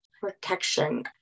protection